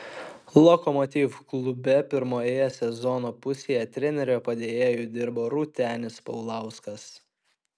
lokomotiv klube pirmoje sezono pusėje trenerio padėjėju dirbo rūtenis paulauskas